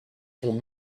sont